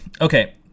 okay